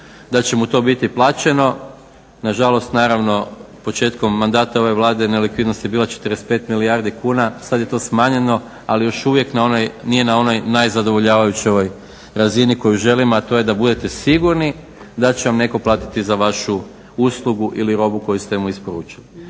da će mu to biti plaćeno. Nažalost, naravno, početkom mandata ove Vlade nelikvidnost je bila 45 milijardi kuna, sada je to smanjeno ali još uvijek nije na onoj najzadovoljavajućoj razini koju želimo a to je da budete sigurni da će vam netko platiti za vašu uslugu ili robu koju ste mu isporučili.